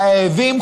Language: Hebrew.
חייבים,